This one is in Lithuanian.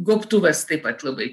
gobtuvas taip pat labai